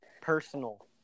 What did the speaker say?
personal